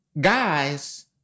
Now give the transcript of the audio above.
guys